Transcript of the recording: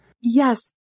Yes